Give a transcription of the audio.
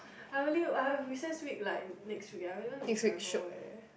I really I have recess week like next week I really want to travel eh